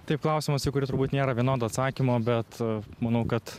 taip klausimas į kurį turbūt nėra vienodo atsakymo bet manau kad